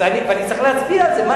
ואני צריך להצביע על זה.